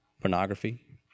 pornography